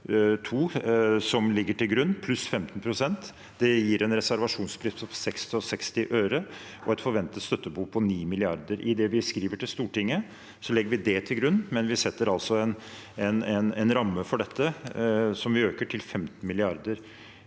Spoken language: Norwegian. II som ligger til grunn, pluss 15 pst. Det gir en reservasjonspris på 66 øre og et forventet støttebehov på 9 mrd. kr. I det vi skriver til Stortinget, legger vi det til grunn, men vi setter altså en ramme for dette som vi øker til 15 mrd.